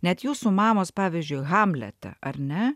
net jūsų mamos pavyzdžiui hamlete ar ne